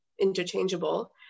interchangeable